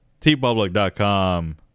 tpublic.com